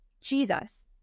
Jesus